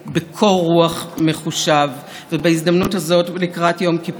לקראת יום כיפור אני רוצה לבקש סליחה